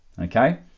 okay